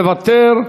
מוותר.